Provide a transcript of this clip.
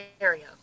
area